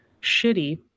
shitty